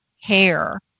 hair